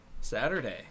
Saturday